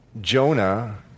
Jonah